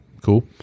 Cool